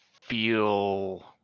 feel